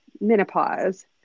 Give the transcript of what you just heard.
menopause